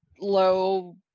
low